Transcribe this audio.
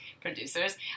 producers